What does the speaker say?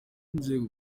nzego